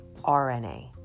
RNA